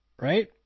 right